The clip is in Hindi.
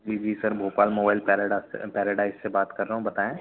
जी जी सर भोपाल मोबाइल पैराडा पैराडाइस से बात कर रहा हूँ जी बताएं